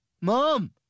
Mom